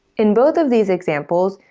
in both of these examples,